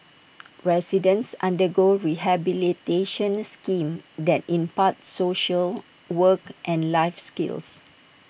residents undergo rehabilitation schemes that impart social work and life skills